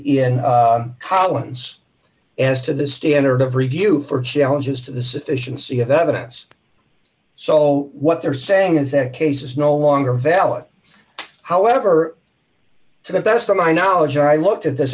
in collins as to the standard of review for challenges to the sufficiency of evidence so what they're saying is that case is no longer valid however to the best of my knowledge i looked at this